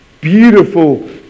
Beautiful